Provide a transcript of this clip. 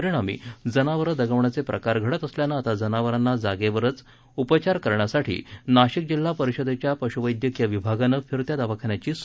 परिणामी जनावरं दगावण्याचे प्रकार घडत असल्यानं आता जनावरांना जागेवरच उपचार करण्यासाठी नाशिक जिल्हा परिषदेच्या पशुवैद्यकीय विभागानं फिरत्या दवाखान्याची सोय केली आहे